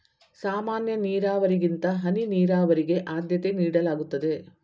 ಸಾಮಾನ್ಯ ನೀರಾವರಿಗಿಂತ ಹನಿ ನೀರಾವರಿಗೆ ಆದ್ಯತೆ ನೀಡಲಾಗುತ್ತದೆ